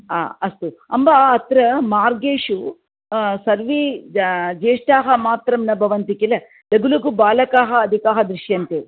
हा अस्तु अम्ब अत्र मार्गेषु सर्वे जा ज्येष्ठाः मात्रं न भवन्ति किल लघु लघु बालकाः अधिकाः दृश्यन्ते